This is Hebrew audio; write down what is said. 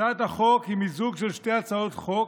הצעת החוק היא מיזוג של שתי הצעות חוק: